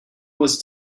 was